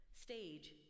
stage